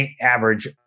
average